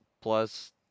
plus